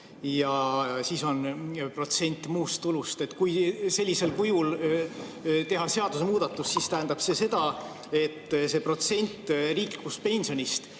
ja siis on protsent muust tulust. Kui teha sellisel kujul seadusemuudatust, siis tähendab see seda, et see protsent riiklikust pensionist